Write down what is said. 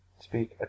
speak